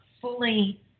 fully